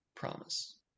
promise